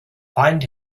find